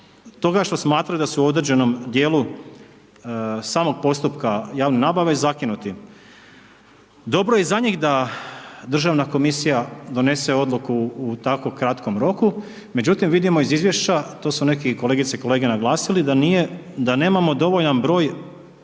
toga što smatraju da su u određenom dijelu samom postupka javne nabave zakinuti. Dobro je i za njih da državna komisija donese odluku u tako kratkom roku, međutim vidimo iz izvješća to su neki kolegice i kolege naglasili da nije, da nemamo dovoljan broj